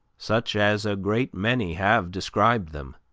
such as a great many have described them